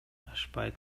ашпай